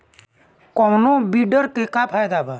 कौनो वीडर के का फायदा बा?